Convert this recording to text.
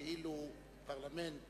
כאילו פרלמנט